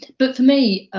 but for me,